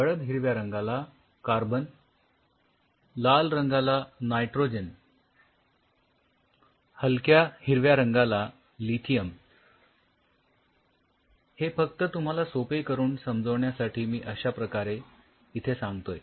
गडद हिरव्या रंगाला कार्बन लाल रंगाला नायट्रोजन हलक्या हिरव्या रंगाला लिथियम हे फक्त तुम्हाला सोपे करून समजावण्यासाठी मी इथे अश्या प्रकारे सांगतोय